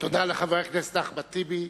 תודה לחבר הכנסת אחמד טיבי.